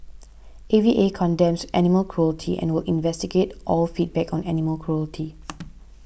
A V A condemns animal cruelty and will investigate all feedback on animal cruelty